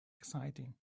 exciting